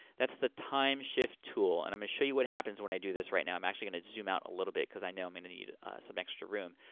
that's the time shift tool and i'm gonna show you what happens when i do this, right now i'm actually gonna zoom out a little bit cause i know i'm going to need some extra room.